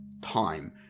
time